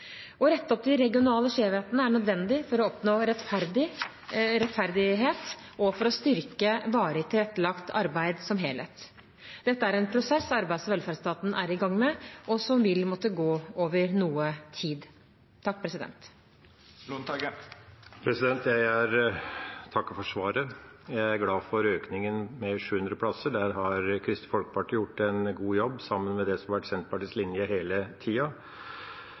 Å rette opp de regionale skjevhetene er nødvendig for å oppnå rettferdighet og for å styrke varig tilrettelagt arbeid som helhet. Dette er en prosess Arbeids- og velferdsetaten er i gang med, og som vil måtte gå over noe tid. Jeg takker for svaret. Jeg er glad for økningen på 700 plasser. Der har Kristelig Folkeparti gjort en god jobb, i tråd med det som har vært Senterpartiets linje hele tida.